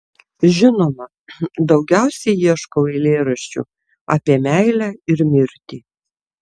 žinoma daugiausiai ieškau eilėraščių apie meilę ir mirtį